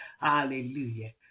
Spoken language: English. Hallelujah